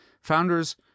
founders